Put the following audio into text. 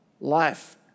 life